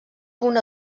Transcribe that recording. punt